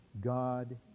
God